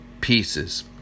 pieces